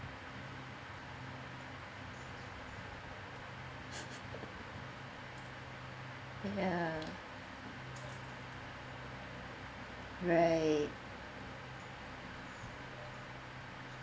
ya right